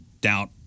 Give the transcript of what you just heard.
doubt